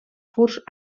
furs